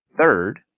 third